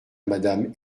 madame